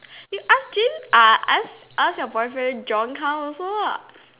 you ask Jin uh ask ask your boyfriend John come also lah